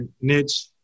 niche